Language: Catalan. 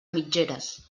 mitgeres